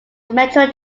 metro